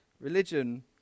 religion